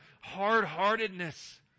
hard-heartedness